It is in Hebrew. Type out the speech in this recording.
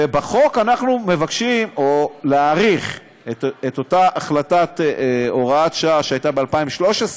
ובחוק אנחנו מבקשים להאריך את אותה החלטת הוראת שעה שהייתה ב-2013,